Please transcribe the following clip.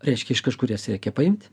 reiškia iš kažkur jas reikia paimt